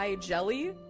jelly